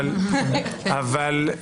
אבל זה יותר